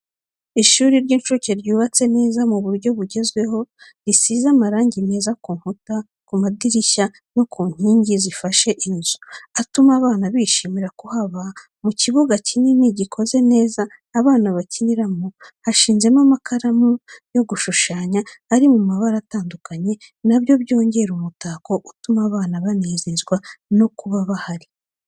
Ishuri ry'incuke ryubatse neza mu buryo bugezweho risize amarangi meza ku nkuta, ku madirishya no ku inkingi zifashe inzu atuma abana bishimira kuhaba, mu kibuga kinini gikoze neza, abana bakiniramo hashinze mo amakaramu yo gushushanya ari mu mabara atandukanye na byo byongera umutako utuma abana banezezwa no kuba bahari.